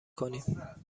کنیم